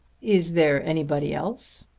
is there anybody else?